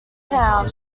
town